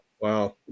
wow